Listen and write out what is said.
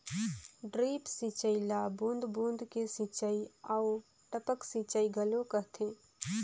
drip सिंचई ल बूंद बूंद के सिंचई आऊ टपक सिंचई घलो कहथे